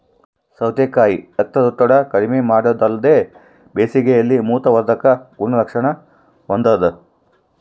ಸೌತೆಕಾಯಿ ರಕ್ತದೊತ್ತಡ ಕಡಿಮೆಮಾಡೊದಲ್ದೆ ಬೇಸಿಗೆಯಲ್ಲಿ ಮೂತ್ರವರ್ಧಕ ಗುಣಲಕ್ಷಣ ಹೊಂದಾದ